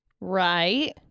Right